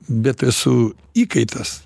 bet esu įkaitas